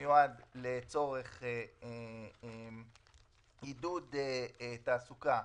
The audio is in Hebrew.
שלום לכולם, אנחנו ממשיכים את ישיבת ועדת הכספים.